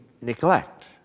neglect